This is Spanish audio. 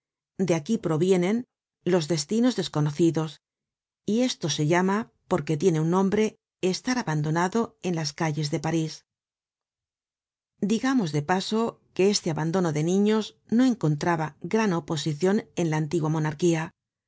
de aquí provienen los destinos desconocidos y esto se llama porque tiene su nombre estar abandonado en las calles de parís digamos de paso que este abandono de niños no encontraba gran oposicion en la antigua monarquía